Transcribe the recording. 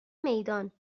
میدان